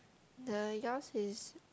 the yours is